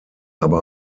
aber